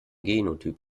genotyp